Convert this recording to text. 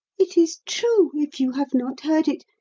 it is true, if you have not heard it,